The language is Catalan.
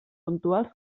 puntuals